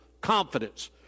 confidence